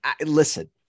Listen